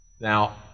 now